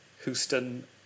Houston